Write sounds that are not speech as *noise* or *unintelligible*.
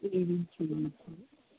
*unintelligible*